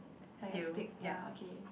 like a stick ya okay